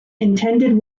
intended